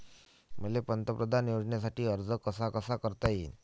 मले पंतप्रधान योजनेसाठी अर्ज कसा कसा करता येईन?